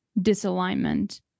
disalignment